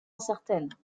incertaines